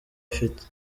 afite